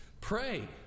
pray